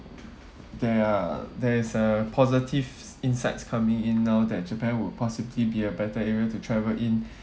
there are there's a positive insights coming in now that japan would possibly be a better area to travel in